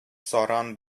саран